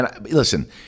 Listen